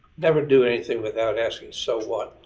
never do anything without asking so what?